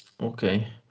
Okay